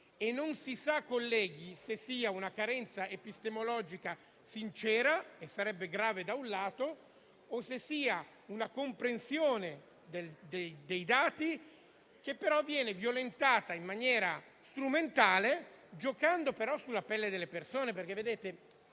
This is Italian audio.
non si sa, colleghi, se sia una carenza epistemologica sincera - e sarebbe grave - o se sia una comprensione dei dati che viene violentata in maniera strumentale, giocando però sulla pelle delle persone.